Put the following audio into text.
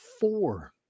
four